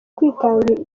kwitanga